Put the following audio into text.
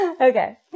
Okay